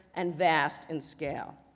and vast in scale.